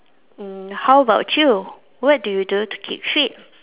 mm how about you what do you do to keep fit